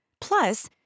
Plus